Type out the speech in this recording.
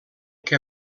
que